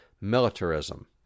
militarism